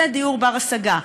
זה דיור בר-השגה,